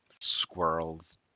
squirrels